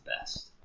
best